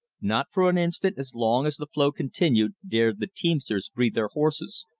not for an instant as long as the flow continued dared the teamsters breathe their horses,